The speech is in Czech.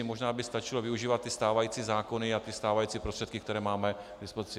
Možná by stačilo využívat stávající zákony a stávající prostředky, které máme k dispozici.